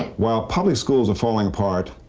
while public schools are falling apart,